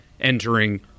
entering